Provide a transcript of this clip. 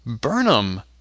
Burnham